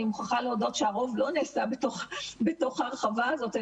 אני מוכרחה להודות שהרוב לא נעשה בתוך ההרחבה הזאת,